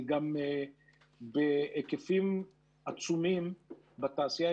זה גם בהיקפים עצומים בתעשייה.